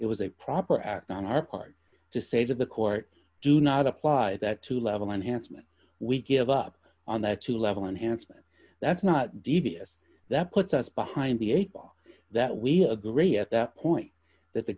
it was a proper act on our part to say to the court do not apply to level enhancement we give up on that two level unhandsome that's not devious that puts us behind the eight ball that we agree at that point that the